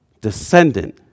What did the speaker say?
descendant